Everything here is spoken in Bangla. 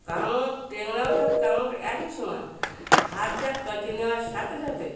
কামড় ট্যাংরা মাছ আর কামড় একই সমান হাতটা কেটে নেওয়ার সাথে সাথে